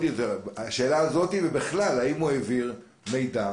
השאלה הזאת ובכלל: האם הוא העביר מידע